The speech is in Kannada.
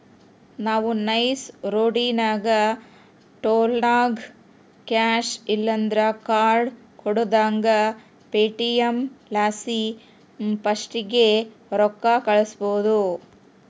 ನಾವು ನೈಸ್ ರೋಡಿನಾಗ ಟೋಲ್ನಾಗ ಕ್ಯಾಶ್ ಇಲ್ಲಂದ್ರ ಕಾರ್ಡ್ ಕೊಡುದಂಗ ಪೇಟಿಎಂ ಲಾಸಿ ಫಾಸ್ಟಾಗ್ಗೆ ರೊಕ್ಕ ಕಳ್ಸ್ಬಹುದು